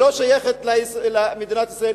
היא לא שייכת לעם ישראל,